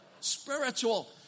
Spiritual